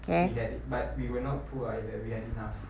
we had it but we were not poor either we had enough